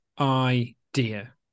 idea